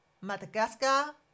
Madagascar